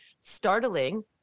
startling